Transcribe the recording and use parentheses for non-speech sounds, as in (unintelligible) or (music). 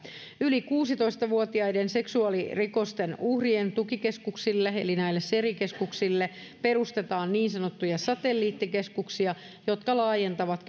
yli kuusitoista vuotiaiden seksuaalirikosten uhrien tukikeskuksille eli näille seri keskuksille perustetaan niin sanottuja satelliittikeskuksia jotka laajentavat (unintelligible)